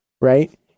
right